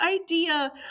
idea